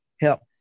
help